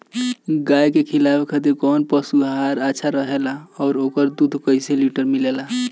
गाय के खिलावे खातिर काउन पशु आहार अच्छा रहेला और ओकर दुध कइसे लीटर मिलेला?